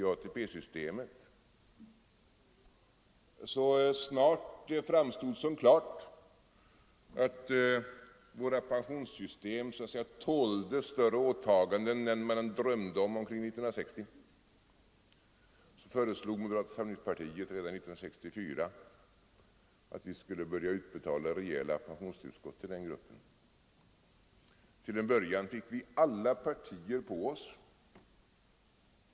Redan 1964, så snart det framstod klart att våra pensionssystem tålde större åtaganden än man kunde föreställa sig omkring 1960, föreslog moderata samlingspartiet att det skulle börja utbetalas rejäla pensionstillskott till denna grupp. Till en början fick vi alla partier mot oss.